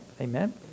Amen